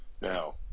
now